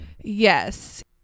yes